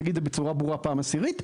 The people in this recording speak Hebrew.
נגיד את זה בצורה ברורה בפעם העשירית,